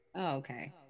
Okay